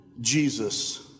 Jesus